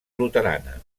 luterana